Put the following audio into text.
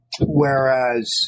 Whereas